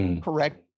correct